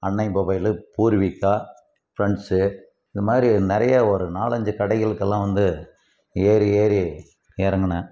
அன்னை mobile Poorvika friends இது மாதிரி நிறைய ஒரு நாலஞ்சு கடைகளுக்கெல்லாம் வந்து ஏறி ஏறி இறங்குனேன்